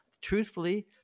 Truthfully